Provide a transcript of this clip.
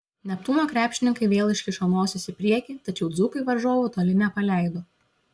neptūno krepšininkai vėl iškišo nosis į priekį tačiau dzūkai varžovų toli nepaleido